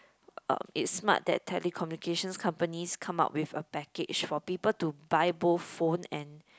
uh it's smart that telecommunication companies come up with a package for people to buy both phone and